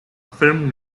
filmed